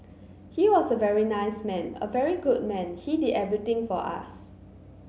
he was a very nice man a very good man he did everything for us